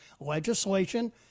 legislation